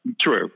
true